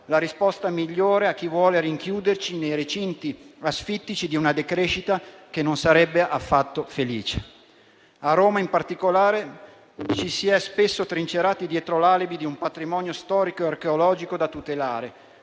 la risposta migliore a chi vuole rinchiuderci nei recinti asfittici di una decrescita che non sarebbe affatto felice. A Roma, in particolare, ci si è spesso trincerati dietro l'alibi di un patrimonio storico e archeologico da tutelare,